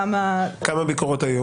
כמה ביקורות היו